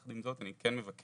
יחד עם זאת אני כן מבקש